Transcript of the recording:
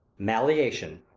malleation.